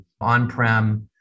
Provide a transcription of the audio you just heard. On-prem